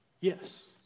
Yes